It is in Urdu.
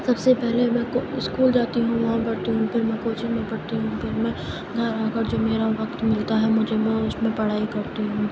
سب سے پہلے میں کو اسکول جاتی ہوں وہاں پڑھتی ہوں پھر میں کوچنگ میں پڑھتی ہوں پھر میں گھر آ کر جو میرا وقت ملتا ہے مجھے میں اس میں پڑھائی کرتی ہوں